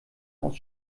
aus